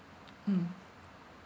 mm